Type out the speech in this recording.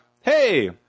Hey